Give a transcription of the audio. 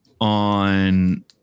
on